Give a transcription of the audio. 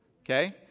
okay